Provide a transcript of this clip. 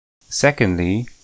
Secondly